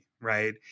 right